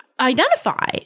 identify